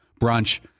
brunch